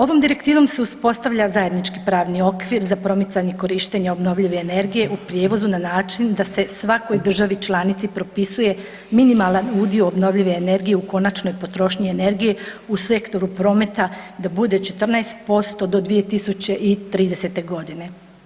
Ovom direktivom se uspostavlja zajednički pravni okvir za promicanje korištenja obnovljive energije u prijevozu na način da se svakoj državi članici propisuje minimalan udio obnovljive energije u konačnoj potrošnji energije u sektoru prometa da bude 14% do 2030. godine.